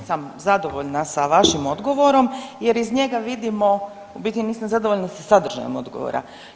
Nisam zadovoljna sa vašim odgovorom jer iz njega vidimo, u biti nisam zadovoljna sa sadržajem odgovora.